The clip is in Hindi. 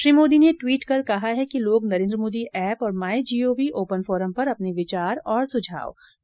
श्री मोदी ने दवीट कर कहा है कि लोग नरेन्द्र मोदी ऐप और my G O V open forum पर अपने विचार और सुझाव भेज सकते हैं